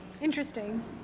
interesting